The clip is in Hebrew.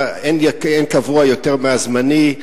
אין קבוע יותר מהזמני,